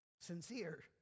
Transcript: sincere